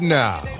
now